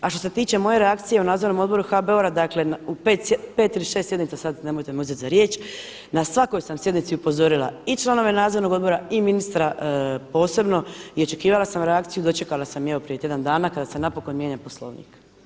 A što se tiče moje reakcije u nadzornom odboru HBOR-a, dakle u 5 ili 6 sjednica, sada nemojte me uzeti za riječ, na svakoj sam sjednici upozorila i članove nadzornog odbora i ministra posebno i očekivala sam reakciju, dočekala sam i evo prije tjedan dana kada se napokon mijenja Poslovnik.